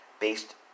based